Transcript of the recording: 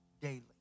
daily